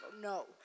No